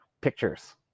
pictures